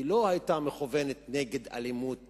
היא לא היתה מכוונת נגד אלימות דווקא,